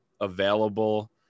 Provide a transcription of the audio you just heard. available